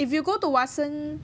if you go to Watson